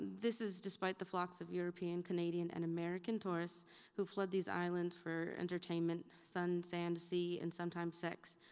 this is despite the flocks of european, canadian, and american tourists who flood these islands for entertainment, sun, sand, the sea, and sometimes sex.